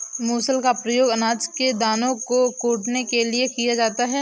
मूसल का प्रयोग अनाज के दानों को कूटने के लिए किया जाता है